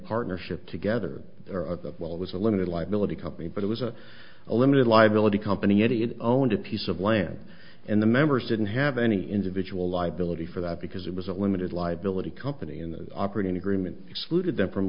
partnership together that well it was a limited liability company but it was a limited liability company idiot owned a piece of land and the members didn't have any individual liability for that because it was a limited liability company in the operating agreement excluded